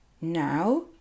Now